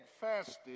fasted